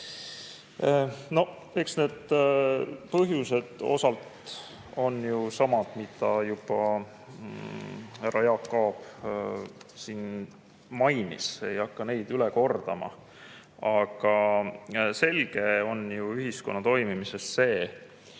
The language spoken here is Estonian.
Eks need põhjused osalt on samad, mida härra Jaak Aab siin juba mainis. Ei hakka neid üle kordama. Aga selge on ju ühiskonna toimimises see,